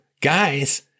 guys—